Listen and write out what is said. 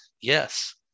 Yes